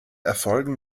erfolgen